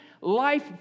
life